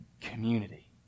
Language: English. community